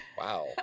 Wow